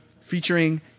featuring